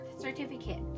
certificate